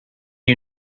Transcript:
you